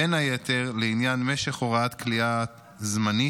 בין היתר לעניין משך הוראת כליאה זמנית,